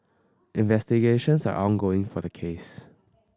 investigations are ongoing for the case